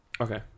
okay